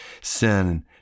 sin